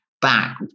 back